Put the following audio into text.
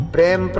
Prem